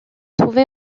trouvée